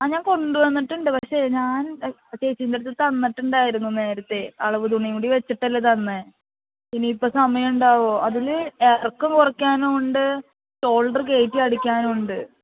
ആ ഞാൻ കൊണ്ടുവന്നിട്ടുണ്ട് പക്ഷെ ഞാൻ ചേച്ചീൻ്റെ അടുത്ത് തന്നിട്ടുണ്ടായിരുന്നു നേരത്തെ അളവ് തുണിയും കൂടി വച്ചിട്ടല്ലേ തന്നത് ഇനിയിപ്പോൾ സമയം ഇണ്ടാകുവോ അതിൽ ഇറക്കം കുറയ്ക്കാനുണ്ട് ഷോൾഡർ കയറ്റിയടിക്കാനും ഉണ്ട്